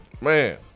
Man